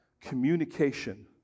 communication